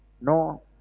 no